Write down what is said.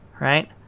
right